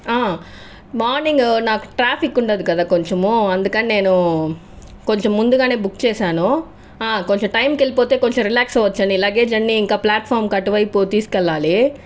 ఆ మార్నింగ్ నాకు ట్రాఫిక్ ఉన్నది కదా కొంచెము అందుకని నేను కొంచెం ముందుగానే బుక్ చేశాను ఆ కొంచెం టైంకి వెళ్ళిపోతే కొంచెం రిలాక్స్ అవచ్చని లగేజ్ అన్నీ ఇంకా ప్లాట్ఫామ్కు అటువైపు తీసుకెళ్ళాలి